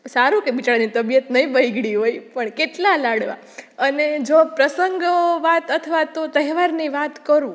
સારું કે બિચારાની તબિયત નહીં બગડી હોય પણ કેટલા લાડવા અને પ્રસંગ વાત અથવા તો તહેવારની વાત કરું